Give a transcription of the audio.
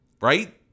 Right